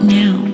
now